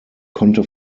konnte